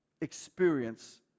experience